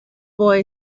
boy